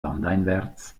landeinwärts